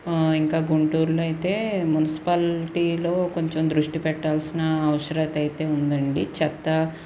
ఇంకా గుంటూరులో అయితే మున్సిపాలిటీలో కొంచెం దృష్టి పెట్టాల్సిన అవసరత అయితే ఉందండి చెత్త